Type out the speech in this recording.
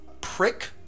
prick